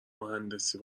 مهندسی